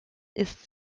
ist